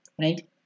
right